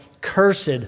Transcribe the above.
cursed